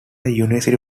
university